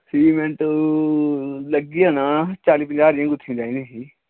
cement लग्गी जाना चाली पंजाह् हारियां गुत्थियां चाहिदियां हां